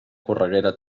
correguera